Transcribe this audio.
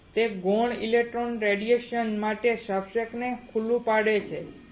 કે તે ગૌણ ઇલેક્ટ્રોન રેડિયેશન માટે સબસ્ટ્રેટને ખુલ્લું પાડે છે